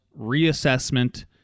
reassessment